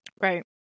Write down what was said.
Right